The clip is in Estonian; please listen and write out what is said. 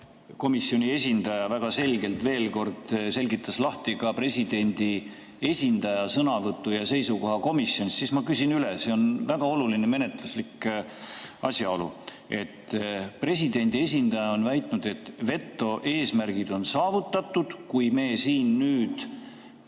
komisjoni esindaja väga selgelt veel kord selgitas lahti presidendi esindaja sõnavõtu ja seisukoha komisjonis, siis ma küsin üle. See on väga oluline menetluslik asjaolu. Presidendi esindaja on väitnud, et veto eesmärgid on saavutatud, kui me siin nüüd